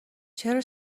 چرا